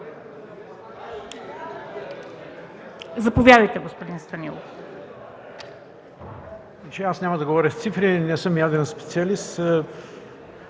Заповядайте, господин Станилов.